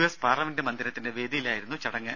S parliament മന്ദിരത്തിന്റെ വേദിയിലായിരുന്നു ചടങ്ങ്